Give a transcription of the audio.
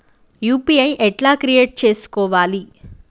UPI ఎట్లా create చేసుకోవాలి?